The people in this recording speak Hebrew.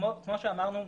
כמו שאמרנו,